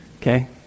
Okay